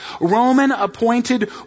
Roman-appointed